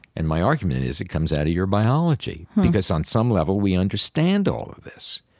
and my argument is it comes out of your biology because on some level we understand all of this.